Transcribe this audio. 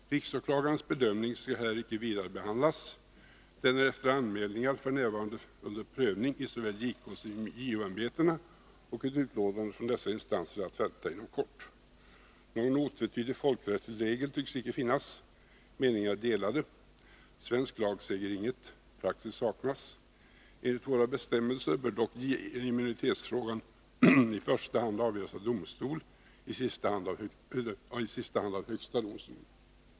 Riksåklagarens bedömning skall här icke vidare behandlas; den är efter anmälningar f. n. under prövning i såväl JK som JO-ämbetena, och utlåtande från dessa instanser är att vänta inom kort. Någon otvetydig folkrättslig regel tycks icke finnas — meningarna är delade. Svensk lag säger intet. Praxis saknas. Enligt våra bestämmelser bör dock immunitetsfrågan i första hand avgöras av domstol, i sista hand av högsta domstolen.